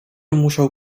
musiał